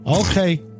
Okay